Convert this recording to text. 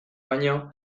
baino